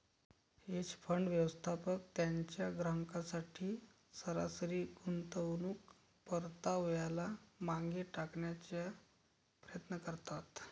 hedge fund, व्यवस्थापक त्यांच्या ग्राहकांसाठी सरासरी गुंतवणूक परताव्याला मागे टाकण्याचा प्रयत्न करतात